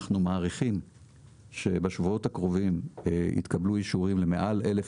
אנחנו מעריכים שבשבועות הקרובים יתקבלו אישורים למעל 1,000